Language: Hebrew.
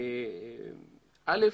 ראשית,